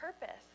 purpose